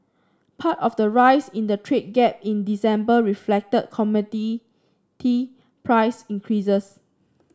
part of the rise in the trade gap in December reflected commodity price increases